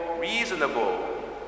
Reasonable